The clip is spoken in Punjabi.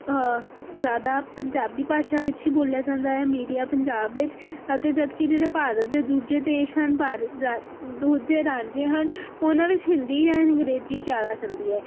ਜ਼ਿਆਦਾ ਪੰਜਾਬੀ ਭਾਸ਼ਾ ਵਿੱਚ ਹੀ ਬੋਲਿਆ ਜਾਂਦਾ ਹੈ ਮੀਡੀਆ ਪੰਜਾਬ ਵਿੱਚ ਅਤੇ ਜਦਕਿ ਜਿਹੜੇ ਭਾਰਤ ਦੇ ਦੂਜੇ ਦੇਸ਼ ਹਨ ਭਾਰਤ ਰਾ ਦੂਜੇ ਰਾਜ ਹਨ ਉਹਨਾਂ ਵਿੱਚ ਹਿੰਦੀ ਜਾਂ ਅੰਗਰੇਜ਼ੀ ਜ਼ਿਆਦਾ ਚੱਲਦੀ ਹੈ